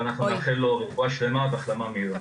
ואנחנו נאחל לו רפואה שלמה והחלמה מהירה.